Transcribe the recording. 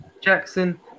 Jackson